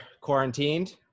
quarantined